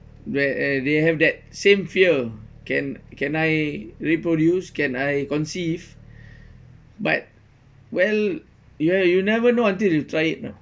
where they have that same fear can can I reproduce can I conceive but well ya you never know until you try it know